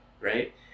right